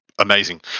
Amazing